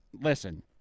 Listen